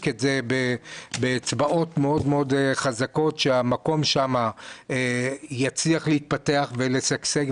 את זה באצבעות מאוד מאוד חזקות וכדי שהמקום שם יצליח להתפתח ולשגשג.